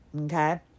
okay